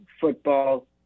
football